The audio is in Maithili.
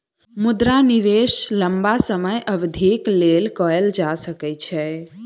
मुद्रा निवेश लम्बा समय अवधिक लेल कएल जा सकै छै